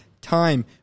time